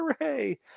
hooray